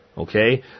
Okay